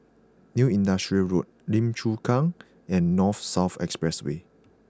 New Industrial Road Lim Chu Kang and North South Expressway